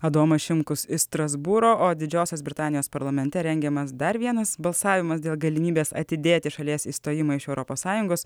adomas šimkus iš strasbūro o didžiosios britanijos parlamente rengiamas dar vienas balsavimas dėl galimybės atidėti šalies išstojimą iš europos sąjungos